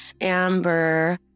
Amber